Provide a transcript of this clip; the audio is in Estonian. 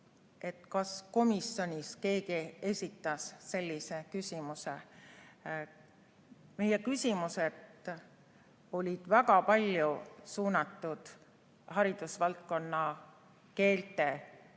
Kas komisjonis keegi esitas sellise küsimuse? Meie küsimused olid väga paljud haridusvaldkonna, üldse